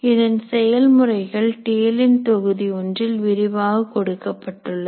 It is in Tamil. இதன் செயல் முறைகள் டேலின் தொகுதி ஒன்றில் விரிவாக கொடுக்கப்பட்டுள்ளது